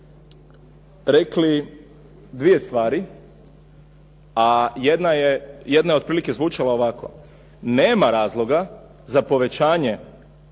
rekli dvije stvari a jedna je otprilike zvučala ovako: nema razloga za povećanje